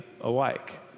alike